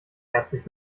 herzlich